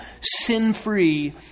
sin-free